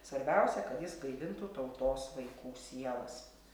svarbiausia kad jis gaivintų tautos vaikų sielas